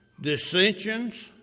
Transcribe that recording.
dissensions